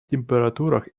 температурах